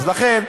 לכן,